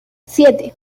siete